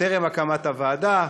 טרם הקמת הוועדה.